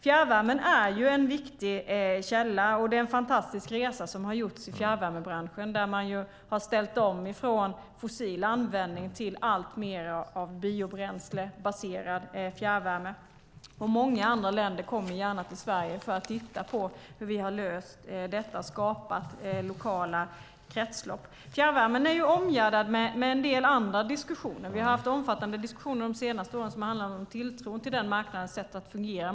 Fjärrvärmen är en viktig källa. Det är en fantastisk resa som har gjorts i fjärrvärmebranschen där man har ställt om från användning av fossila bränslen till alltmer av biobränslebaserad fjärrvärme. Man kommer gärna från många andra länder till Sverige för att se hur vi har löst detta och skapat lokala kretslopp. Fjärrvärmen är omgärdad med en del andra diskussioner. Vi har de senaste åren haft omfattande diskussioner om tilltron till den marknadens sätt att fungera.